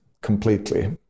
completely